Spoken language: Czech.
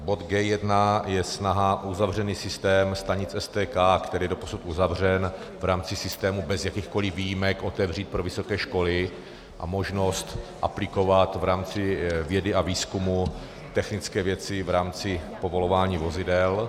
Bod G1 je snaha uzavřený systém stanic STK, který je doposud uzavřen v rámci systému bez jakýchkoli výjimek, otevřít pro vysoké školy a možnost aplikovat v rámci vědy a výzkumu technické věci v rámci povolování vozidel.